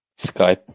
Skype